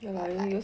but like